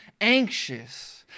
anxious